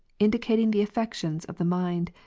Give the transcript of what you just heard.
indi cating the affections of the mind,